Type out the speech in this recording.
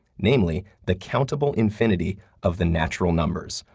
mainly, the countable infinity of the natural numbers,